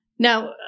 Now